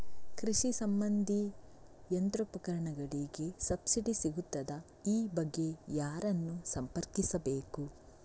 ಕೃಷಿ ಸಂಬಂಧಿ ಯಂತ್ರೋಪಕರಣಗಳಿಗೆ ಸಬ್ಸಿಡಿ ಸಿಗುತ್ತದಾ? ಈ ಬಗ್ಗೆ ಯಾರನ್ನು ಸಂಪರ್ಕಿಸಬೇಕು?